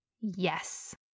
Yes